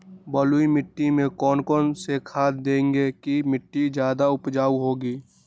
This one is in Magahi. बलुई मिट्टी में कौन कौन से खाद देगें की मिट्टी ज्यादा उपजाऊ होगी?